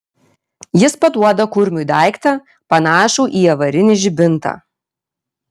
jis paduoda kurmiui daiktą panašų į avarinį žibintą